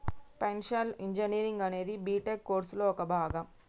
financial engineering అనేది BTech కోర్సులో ఒక భాగం